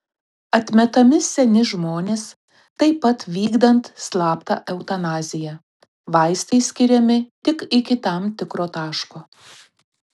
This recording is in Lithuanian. atmetami seni žmonės taip pat vykdant slaptą eutanaziją vaistai skiriami tik iki tam tikro taško